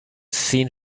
seen